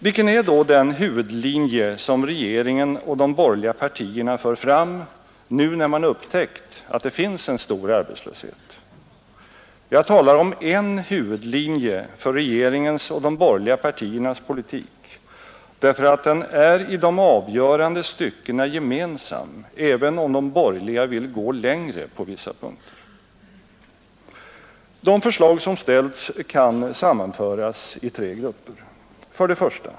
Vilken är då den huvudlinje som regeringen och de borgerliga partierna för fram, nu när man upptäckt att det finns en stor arbetslöshet? Jag talar om en huvudlinje för regeringens och de borgerliga partiernas politik, därför att den är i de avgörande styckena gemensam även om de borgerliga vill gå längre på vissa punkter. De förslag som ställts kan sammanföras i tre grupper: 1.